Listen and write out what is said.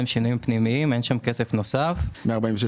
ויש כוונה של הממשלה להיפטר מהתלות בפחם עד 2025. לצערי,